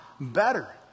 better